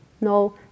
no